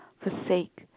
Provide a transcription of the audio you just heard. forsake